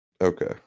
Okay